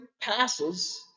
passes